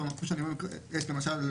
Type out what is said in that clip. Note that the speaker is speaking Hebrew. למשל,